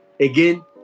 Again